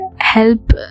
help